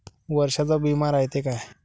वर्षाचा बिमा रायते का?